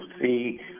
see